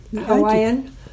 Hawaiian